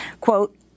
Quote